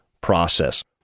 process